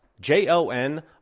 J-O-N